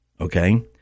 Okay